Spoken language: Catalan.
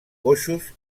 coixos